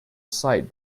sight